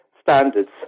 standards